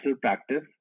practice